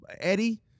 Eddie